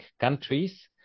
countries